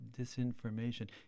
disinformation